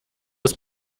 ist